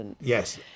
Yes